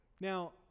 Now